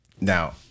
Now